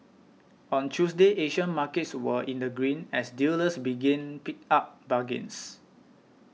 on Tuesday Asian markets were in the green as dealers begin picked up bargains